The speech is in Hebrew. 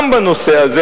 גם בנושא הזה,